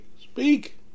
speak